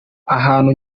ahantu